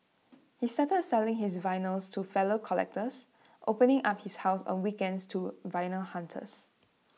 he started selling his vinyls to fellow collectors opening up his house on weekends to vinyl hunters